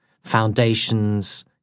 foundations